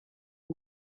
课程